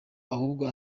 ahubwo